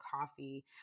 coffee